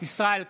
ישראל כץ,